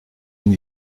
une